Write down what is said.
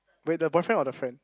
wait the boyfriend or the friend